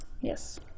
yes